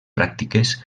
pràctiques